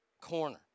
corner